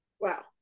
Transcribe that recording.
wow